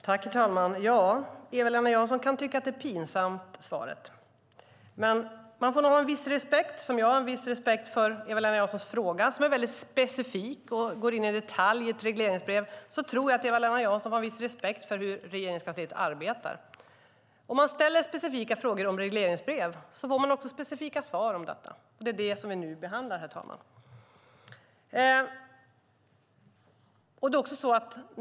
Herr talman! Eva-Lena Jonsson kan tycka att svaret är pinsamt. Som jag har en viss respekt för Eva-Lena Janssons fråga, som är väldigt specifik och går in i en detalj i ett regleringsbrev, tror jag att Eva-Lena Jansson har en viss respekt för hur Regeringskansliet arbetar. Om man ställer specifika frågor om regleringsbrev får man också specifika svar, och det är det som vi nu behandlar, herr talman.